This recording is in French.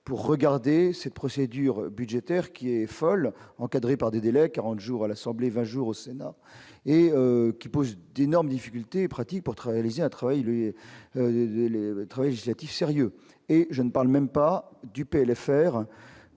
pour regarder cette procédure budgétaire qui est folle, encadrée par des délais 40 jours à l'Assemblée 20 jours au Sénat et qui pose d'énormes difficultés pratiques pour travailler les un travail, il est l'être législatif sérieux et je ne parle même pas du PLFR